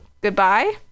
goodbye